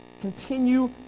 Continue